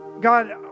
God